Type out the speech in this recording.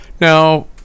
Now